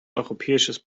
europäisches